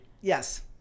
Yes